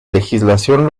legislación